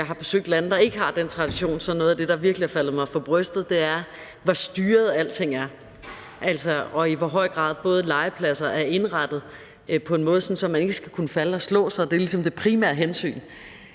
jeg har besøgt lande, der ikke har den tradition, er noget af det, der virkelig er faldet mig for brystet, hvor styret alting er, og i hvor høj grad legepladser er indrettet på en måde, sådan at man ikke skal kunne falde og slå sig – og det er ligesom det primære hensyn